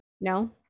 no